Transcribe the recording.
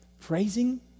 Praising